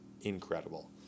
incredible